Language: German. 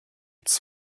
bis